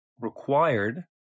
required